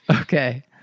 Okay